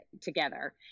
together